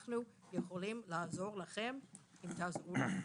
אנחנו יכולים לעזור לכם, אם תעזרו לנו.